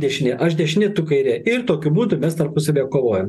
dešinė aš dešinė tu kairė ir tokiu būdu mes tarpusavyje kovojam